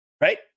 right